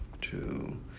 two